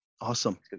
Awesome